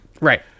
Right